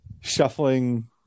shuffling